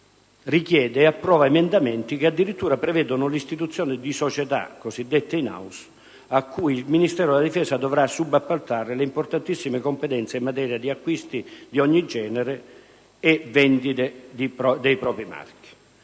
di questo provvedimento, richiede e approva emendamenti che addirittura prevedono l'istituzione di società, cosiddette *in house*, a cui il Ministero della difesa dovrà subappaltare le importantissime competenze in materia di acquisti di ogni genere e vendite dei propri marchi.